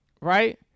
right